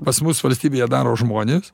pas mus valstybėje daro žmonės